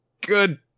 good